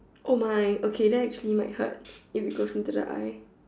oh my okay that actually might hurt if it goes into the eye